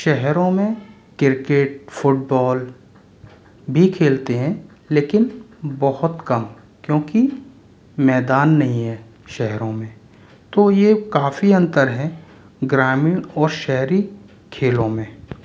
शहरों में cricket football भी खेलते हैं लेकिन बहुत कम क्योंकि मैदान नहीं हैं शहरों में तो यह काफ़ी अंतर है ग्रामीण और शहरी खेलों में